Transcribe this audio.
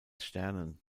sternen